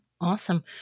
Awesome